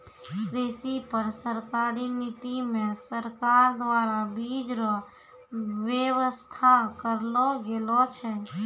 कृषि पर सरकारी नीति मे सरकार द्वारा बीज रो वेवस्था करलो गेलो छै